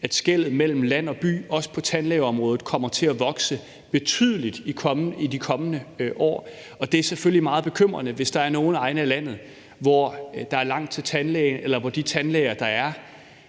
at skellet mellem land og by også på tandlægeområdet kommer til at vokse betydeligt i de kommende år. Det er selvfølgelig meget bekymrende, hvis der er nogle egne af landet, hvor der er